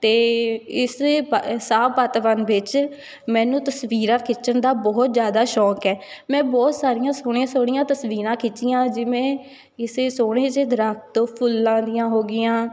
ਅਤੇ ਇਸਦੇ ਬ ਸਾਫ਼ ਵਾਤਾਵਰਨ ਵਿੱਚ ਮੈਨੂੰ ਤਸਵੀਰਾਂ ਖਿੱਚਣ ਦਾ ਬਹੁਤ ਜ਼ਿਆਦਾ ਸ਼ੌਂਕ ਹੈ ਮੈਂ ਬਹੁਤ ਸਾਰੀਆਂ ਸੋਹਣੀਆਂ ਸੋਹਣੀਆਂ ਤਸਵੀਰਾਂ ਖਿੱਚੀਆਂ ਜਿਵੇਂ ਕਿਸੇ ਸੋਹਣੇ ਜਿਹੇ ਦਰੱਖਤ ਫੁੱਲਾਂ ਦੀਆਂ ਹੋਗੀਆਂ